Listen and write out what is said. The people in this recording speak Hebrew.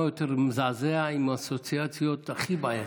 מה יותר מזעזע עם האסוציאציות הכי בעייתיות?